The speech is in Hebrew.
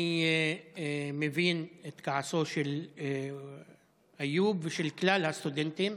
אני מבין את כעסו של איוב ושל כלל הסטודנטים.